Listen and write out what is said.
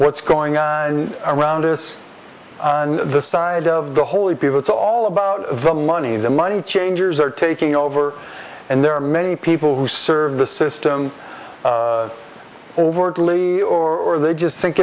what's going on around is the side of the holy people it's all about the money the money changers are taking over and there are many people who serve the system over or they just think